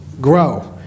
grow